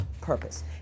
purpose